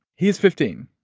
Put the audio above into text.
he is fifteen.